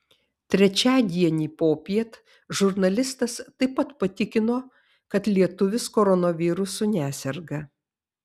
trečiadienį popiet žurnalistas taip pat patikino kad lietuvis koronavirusu neserga